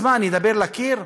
אז מה, אדבר לקיר?